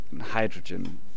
hydrogen